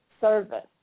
service